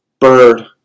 Bird